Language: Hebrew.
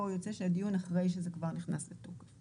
פה יוצא שהדיון הוא אחרי שזה כבר נכנס לתוקף.